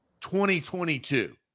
2022